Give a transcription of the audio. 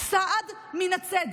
סעד מהצדק.